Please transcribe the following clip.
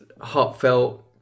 heartfelt